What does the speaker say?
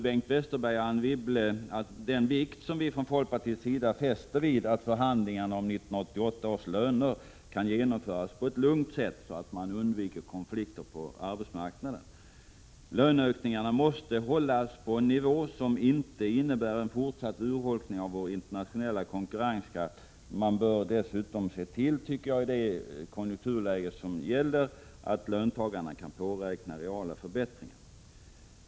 Bengt Westerberg och Anne Wibble framhöll i går den vikt folkpartiet fäster vid att förhandlingarna om 1988 års löner genomförs på ett lugnt sätt, så att konflikter på arbetsmarknaden undviks. Löneökningarna bör hållas på en nivå som inte innebär en fortsatt urholkning av Sveriges internationella konkurrenskraft. I det konjunkturläge som råder i dag bör man se till att löntagarna kan påräkna reala förbättringar.